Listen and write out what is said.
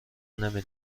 نمی